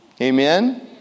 Amen